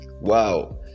wow